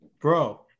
bro